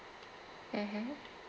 mmhmm